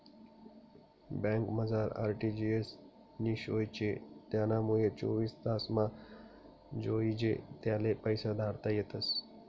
बँकमझार आर.टी.जी.एस नी सोय शे त्यानामुये चोवीस तासमा जोइजे त्याले पैसा धाडता येतस